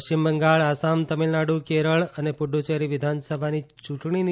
પશ્ચિમ બંગાળ આસામ તામિલનાડુ કેરળ અને પુડ્ડુચેરી વિધાનસભાની ચૂંટણીની